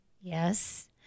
Yes